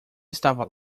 estava